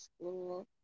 school